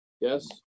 Yes